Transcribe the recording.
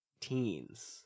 teens